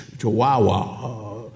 Chihuahua